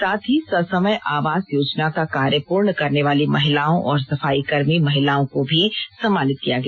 साथ ही ससमय आवास योजना का कार्य पूर्ण करने वाली महिलाओं और सफाईकर्मी महिलाओं को भी सम्मानित किया गया